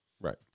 Right